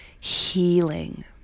healing